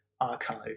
archive